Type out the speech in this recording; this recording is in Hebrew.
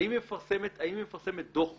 האם היא מפרסמת דוח בסוף?